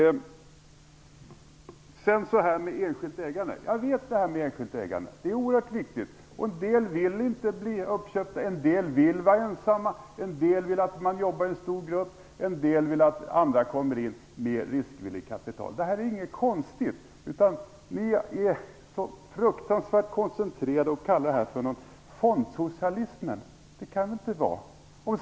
Jag vet att det är oerhört viktigt med enskilt ägande. En del vill inte bli uppköpta, en del vill vara ensamma, en del vill jobba i en stor grupp och en del vill att andra kommer in med riskvilligt kapital. Det är inget konstigt med det. Ni är så fruktansvärt koncentrerade på att kalla detta för fondsocialism. Det kan man inte göra.